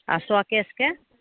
आ शोकेशके